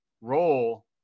role